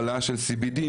העלאה של CBD,